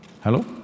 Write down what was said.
Hello